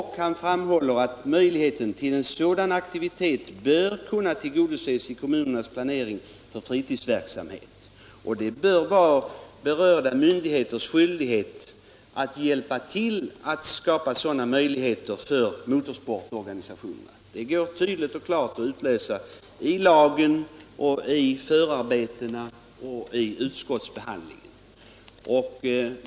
Han framhåller att möjligheten till en sådan aktivitet bör kunna tillgodoses i kommunernas planering för fritidsverksamhet. Det bör vara berörda myndigheters skyldighet att hjälpa till att skapa sådana möjligheter för motorsportorganisationerna. Det går tydligt och klart att utläsa detta i lagen, i förarbetena till denna och i utskottsbetänkandet.